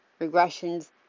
Regressions